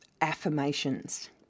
affirmations